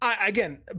Again